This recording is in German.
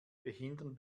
behindern